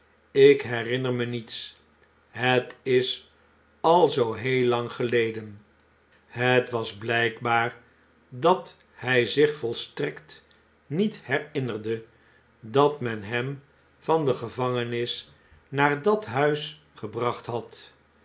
ik herinner me niets ret is al zoo heel lang geleden het was blykbaar dat hg zich volstrekt niet herinnerde dat men hem van de gevangenis naar dat huis gebracht had